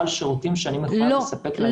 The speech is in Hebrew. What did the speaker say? לסל שירותים שאני מחויב לספק לאזרח.